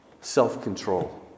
self-control